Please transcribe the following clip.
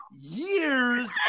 years